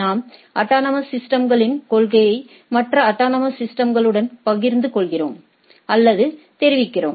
நாம் அட்டானமஸ் சிஸ்டம்களின் கொள்கையை மற்ற அட்டானமஸ் சிஸ்டம்களுடன் பகிர்ந்து கொள்கிறோம் அல்லது தெரிவிக்கிறோம்